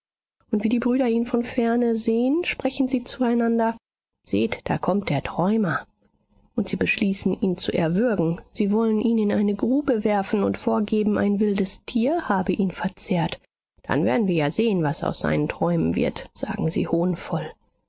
und wie die brüder ihn von ferne sehen sprechen sie zueinander seht da kommt der träumer und sie beschließen ihn zu erwürgen sie wollen ihn in eine grube werfen und vorgeben ein wildes tier habe ihn verzehrt dann werden wir ja sehen was aus seinen träumen wird sagen sie